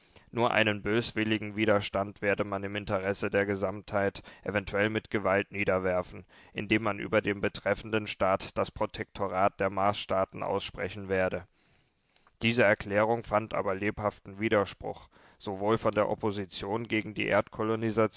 nur einen böswilligen widerstand werde man im interesse der gesamtheit eventuell mit gewalt niederwerfen indem man über den betreffenden staat das protektorat der marsstaaten aussprechen werde diese erklärung fand aber lebhaften widerspruch sowohl von der opposition gegen die